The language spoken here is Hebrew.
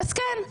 אז כן,